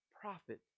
prophet